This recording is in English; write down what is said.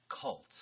cult